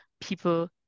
people